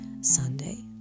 Sunday